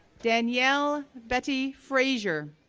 danielle betty fraser,